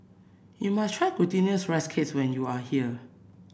you must try Glutinous Rice Cakes when you are here